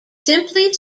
simply